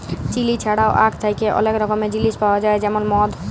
chilli ছাড়াও আখ থ্যাকে অলেক রকমের জিলিস পাউয়া যায় যেমল মদ